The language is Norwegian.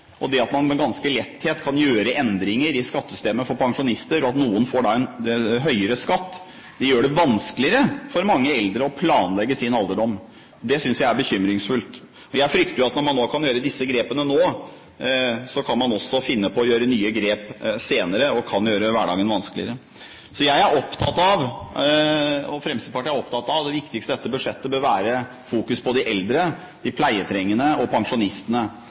Det at man ganske lett kan gjøre endringer i skattesystemet for pensjonister, og at noen da får en høyere skatt, gjør det vanskeligere for mange eldre å planlegge sin alderdom. Det synes jeg er bekymringsfullt. Jeg frykter at når man kan gjøre disse grepene nå, kan man også finne på å gjøre nye grep senere. Og det kan gjøre hverdagen vanskeligere. Jeg og Fremskrittspartiet er opptatt av at det viktigste i dette budsjettet bør være å fokusere på de eldre, de pleietrengende og pensjonistene.